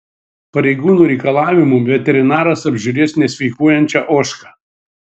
pareigūnų reikalavimu veterinaras apžiūrės nesveikuojančią ožką